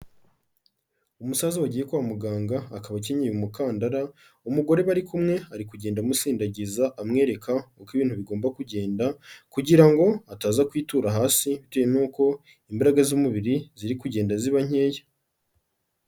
Umusaza wagiye kwa muganga, akaba akenyeye umukandara, umugore bari kumwe ari kugenda amusindagiza, amwereka uko ibintu bigomba kugenda kugira ngo ataza kwitura hasi bitewe nuko imbaraga z'umubiri ziri kugenda ziba nkeya.